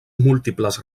múltiples